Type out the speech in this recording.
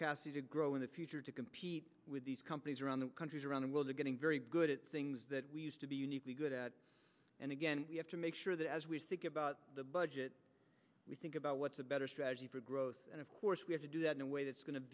capacity to grow in the future to compete with these companies around the countries around the world are getting very good at things that we used to be uniquely good at and again we have to make sure that as we speak about the budget we think about what's a better strategy for growth and of course we have to do that in a way that's going to